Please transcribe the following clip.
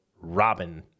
Robin